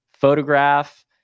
photograph